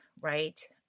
right